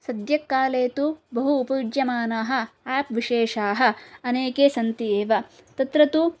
सद्यस्काले तु बहु उपयुज्यमानाः एप्विशेषाः अनेके सन्ति एव तत्र तु